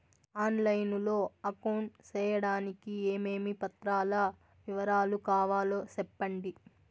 On line లో account సేయడానికి ఏమేమి పత్రాల వివరాలు కావాలో సెప్పండి?